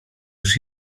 już